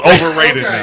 Overrated